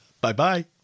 Bye-bye